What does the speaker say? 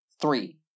Three